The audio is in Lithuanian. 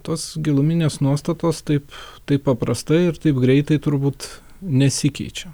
tos giluminės nuostatos taip taip paprastai ir taip greitai turbūt nesikeičia